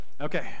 Okay